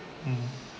mm